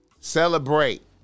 Celebrate